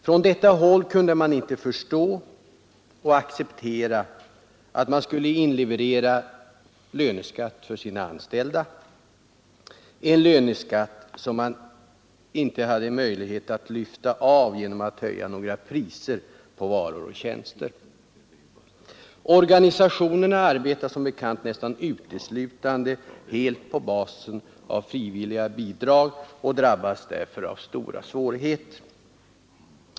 Från detta håll kunde man inte förstå och acceptera att man skulle inleverera löneskatt för sina anställda — en löneskatt som man inte hade möjlighet att lyfta av genom att höja några priser på varor och tjänster. Organisationerna arbetar som bekant nästan uteslutande på basis av frivilliga bidrag och drabbas därför av stora svårigheter.